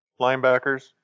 Linebackers